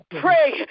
Pray